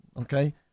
okay